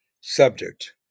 subject